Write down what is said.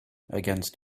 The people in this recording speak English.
against